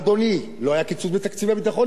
אדוני, לא היה קיצוץ בתקציב הביטחון.